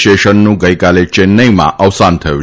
શેષનનું ગઈકાલે ચેન્નાઈમાં અવસાન થયું